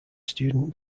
student